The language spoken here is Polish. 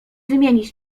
wymienić